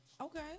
Okay